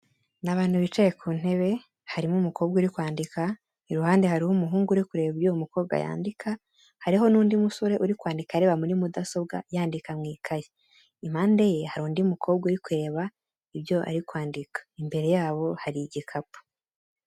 Ni abantu bicaye ku ntebe, harimo umukobwa uri kwandika, iruhande hariho umuhungu uri kureba ibyo uwo mukobwa yandika hariho n'undi musore uri kwandika areba muri mudasobwa yandika mu ikayi, impande ye hari undi mukobwa uri kureba ibyo ari kwandika imbere yabo, hari igikapu.